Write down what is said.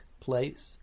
place